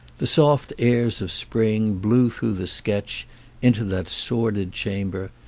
the soft airs of spring blew through the sketch into that sordid chamber,